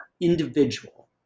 individual